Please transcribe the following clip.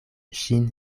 ŝin